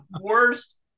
worst